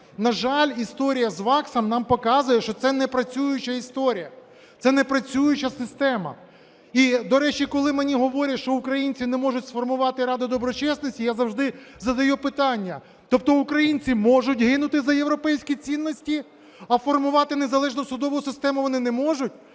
На жаль, історія з ВАКС нам показує, що це непрацююча історія, це непрацююча система. І, до речі, коли мені говорять, що українці не можуть сформувати раду доброчесності, я завжди задаю питання: тобто українці можуть гинути за європейські цінності, а формувати незалежну судову систему вони не можуть?